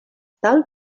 tal